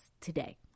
today